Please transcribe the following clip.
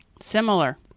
Similar